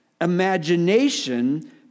imagination